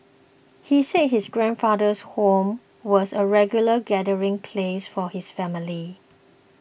he said his grandfather's home was a regular gathering place for his family